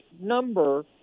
number